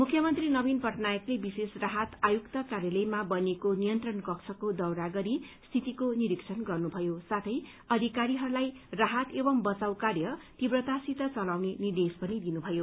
मुख्यमन्त्री नवीन पटनायकले विशेष राहत आयुक्त कार्यालयमा बनिएको नियन्त्रण कक्षको दौडाहा गरी स्थितिको निरीक्षण गर्नुभयो साथै अधिकारीहरूलाई राहत एवं बचाब कार्य तीव्रतासित चलाउने निर्देश पनि दिनुभयो